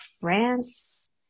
France